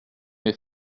mes